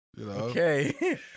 Okay